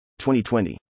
2020